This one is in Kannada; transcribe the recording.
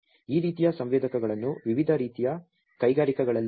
ಹೌದು ಈ ರೀತಿಯ ಸಂವೇದಕಗಳನ್ನು ವಿವಿಧ ರೀತಿಯ ಕೈಗಾರಿಕೆಗಳಲ್ಲಿ ವ್ಯಾಪಕವಾಗಿ ಬಳಸಲಾಗುತ್ತದೆ